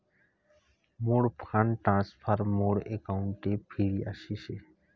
মোর fund transfer মোর অ্যাকাউন্টে ফিরি আশিসে